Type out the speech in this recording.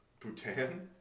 Bhutan